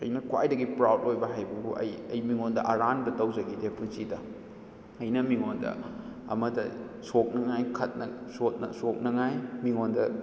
ꯑꯩꯅ ꯈ꯭ꯋꯥꯏꯗꯒꯤ ꯄ꯭ꯔꯥꯎꯗ ꯑꯣꯏꯕ ꯍꯥꯏꯕꯕꯨ ꯑꯩ ꯑꯩ ꯃꯤꯉꯣꯟꯗ ꯑꯔꯥꯟꯕ ꯇꯧꯖꯈꯤꯗꯦ ꯄꯨꯟꯁꯤꯗ ꯑꯩꯅ ꯃꯤꯉꯣꯟꯗ ꯑꯃꯗ ꯁꯣꯛꯅꯤꯡꯉꯥꯏ ꯁꯣꯛꯅꯉꯥꯏ ꯃꯤꯉꯣꯟꯗ